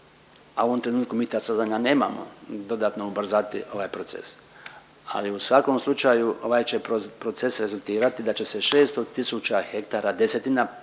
a u ovom trenutku mi ta saznanja nemamo dodatno ubrzati ovaj proces, ali u svakom slučaju ovaj će proces rezultirati da će se 600 tisuća hektara, desetina